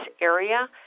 area